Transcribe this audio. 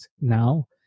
now